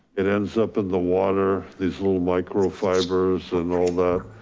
it ends up in the water, these little micro fibers and all that,